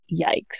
yikes